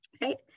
right